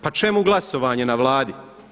Pa čemu glasovanje na Vladi?